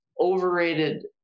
overrated